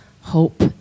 hope